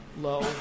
low